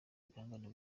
ibihangano